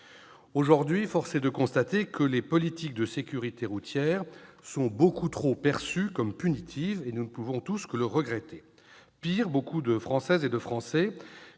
Aujourd'hui, force est de constater que les politiques de sécurité routière sont beaucoup trop souvent perçues comme punitives, ce que nous déplorons tous. Pire, beaucoup de Françaises et de Français